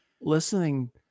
listening